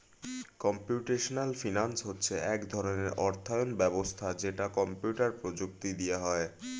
computational finance হচ্ছে এক ধরণের অর্থায়ন ব্যবস্থা যেটা কম্পিউটার প্রযুক্তি দিয়ে হয়